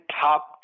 top